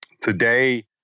Today